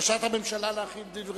בקשת הממשלה להחיל דין רציפות?